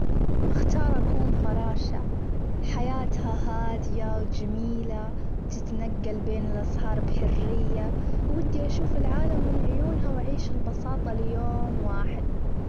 بختار أكون فراشة حياتها هادية، وجميلة، وتتنجل بين الأزهار بحرية، ودي أشوف العالم من عيونها وأعيش البساطة ليوم واحد.